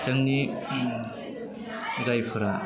जोंनि जायफोरा